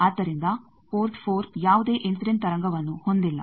ಆದ್ದರಿಂದ ಪೋರ್ಟ್ 4 ಯಾವುದೇ ಇನ್ಸಿಡೆಂಟ್ ತರಂಗವನ್ನು ಹೊಂದಿಲ್ಲ